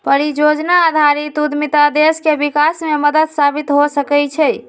परिजोजना आधारित उद्यमिता देश के विकास में मदद साबित हो सकइ छै